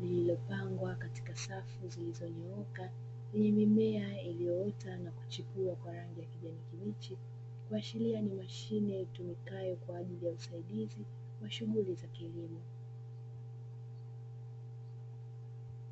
lililopangwa katika safu zilizonyooka, lenye mimea iliyoota na kuchipua kwa rangi ya kijani kibichi, kuashiria ni mashine itumikayo kwa ajili ya usaidizi wa shughuli za kilimo.